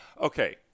okay